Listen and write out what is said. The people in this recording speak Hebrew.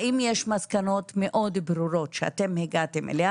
האם יש מסקנות מאוד ברורות שאתם הגעתם אליהן